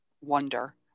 wonder